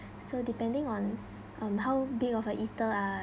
so depending on um how big of the eater are